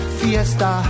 fiesta